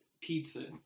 pizza